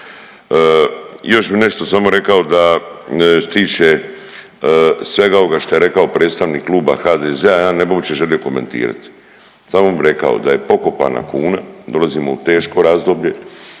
Još bi nešto samo rekao da što se tiče svega ovoga što je rekao predstavnik kluba HDZ-a ja ne bi uopće želio komentirat, samo bi mu rekao da je pokopana kuna, dolazimo u teško razdoblje,